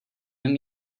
him